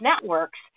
networks